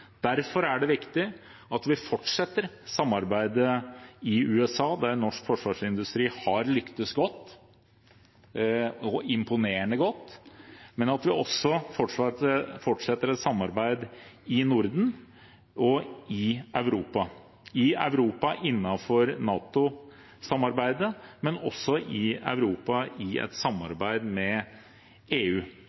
Derfor er det viktig at vi fortsetter samarbeidet i USA, der norsk forsvarsindustri har lyktes godt, imponerende godt, men at vi også fortsetter et samarbeid i Norden og i Europa – i Europa innenfor NATO-samarbeidet, men også i et samarbeid med EU.